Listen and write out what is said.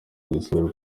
rwisumbuye